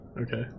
Okay